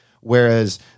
Whereas